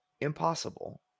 impossible